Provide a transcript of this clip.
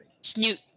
Snoot